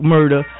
Murder